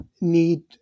need